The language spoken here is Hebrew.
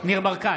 ניר ברקת,